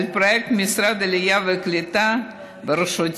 על פרויקט של משרד העלייה והקליטה בראשותי,